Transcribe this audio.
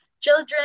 children